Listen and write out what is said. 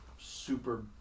Super